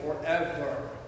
forever